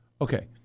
Okay